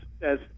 says